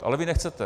Ale vy nechcete.